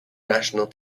national